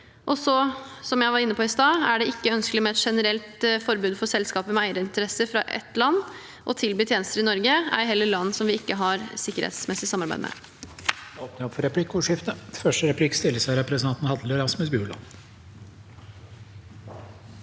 Som jeg var inne på i stad, er det imidlertid ikke ønskelig med et generelt forbud for selskaper med eierinteresser fra ett land å tilby tjenester i Norge, ei heller land vi ikke har et sikkerhetsmessig samarbeid med.